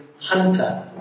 Hunter